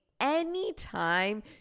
anytime